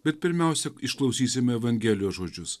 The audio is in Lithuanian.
bet pirmiausia išklausysime evangelijos žodžius